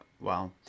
Wow